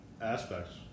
aspects